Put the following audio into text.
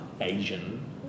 Asian